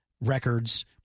records